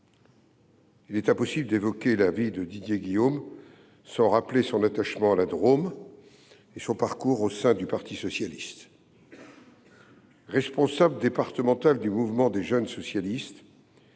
Il est impossible d’évoquer la vie de Didier Guillaume sans rappeler son attachement à la Drôme et son parcours au sein du parti socialiste. Responsable départemental du mouvement des jeunes socialistes,